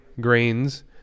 grains